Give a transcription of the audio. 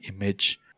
image